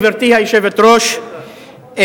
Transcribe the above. גברתי היושבת-ראש,